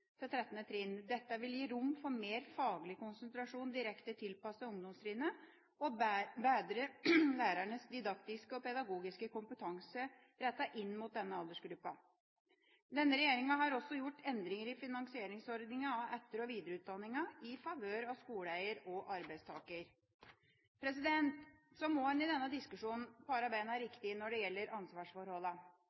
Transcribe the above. trinn. Dette vil gi rom for mer faglig konsentrasjon direkte tilpasset ungdomstrinnet og bedre lærernes didaktiske og pedagogiske kompetanse rettet inn mot denne aldersgruppen. Denne regjeringa har også gjort endringer i finansieringsordningen som gjelder etter- og videreutdanningen, i favør av skoleeier og arbeidstaker. Så må en i denne diskusjonen pare beina riktig når det gjelder